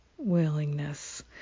willingness